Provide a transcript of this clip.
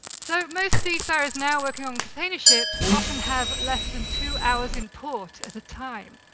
so most seafarers now working on container ships often have less than two hours in port at a time.